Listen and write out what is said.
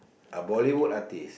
a Bollywood artist